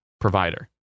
provider